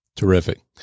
Terrific